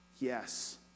Yes